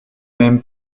même